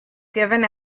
given